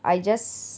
I just